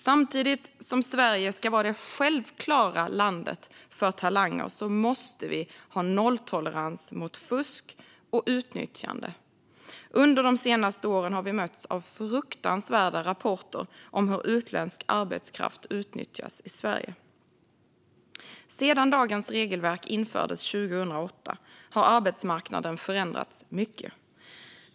Samtidigt som Sverige ska vara det självklara landet för talanger måste vi ha nolltolerans mot fusk och utnyttjande. Under de senaste åren har vi mötts av fruktansvärda rapporter om hur utländsk arbetskraft utnyttjas i Sverige. Sedan dagens regelverk infördes 2008 har arbetsmarknaden förändrats mycket.